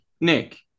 Nick